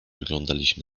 oglądaliśmy